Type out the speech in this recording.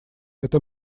это